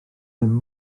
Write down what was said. dim